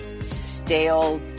stale